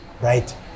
right